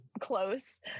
close